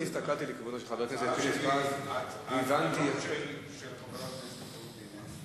הטענות של חבר הכנסת פינס,